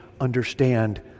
understand